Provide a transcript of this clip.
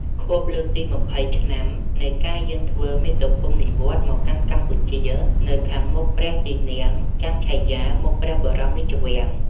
ខួបលើកទី២០ឆ្នាំ នៃការយាងធ្វើមាតុភូមិនិវត្តន៍មកកាន់កម្ពុជា នៅខាងមុខព្រះទីនាំងចន្ទឆាយា មុខព្រះបរមរាជវាំង។